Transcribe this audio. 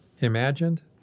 imagined